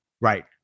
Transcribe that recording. Right